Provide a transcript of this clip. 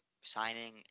signing